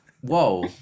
Whoa